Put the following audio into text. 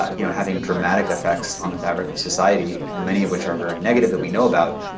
ah you know, having dramatic effects on the fabric of society, many of which are very negative that we know about,